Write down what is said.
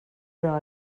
però